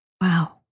Wow